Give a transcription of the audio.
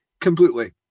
Completely